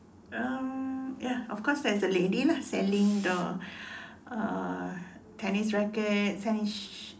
um ya of course there's a lady lah selling the uh tennis rackets selling sh~